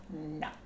No